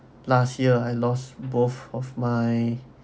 last year I lost both of my